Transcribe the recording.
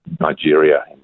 Nigeria